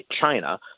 China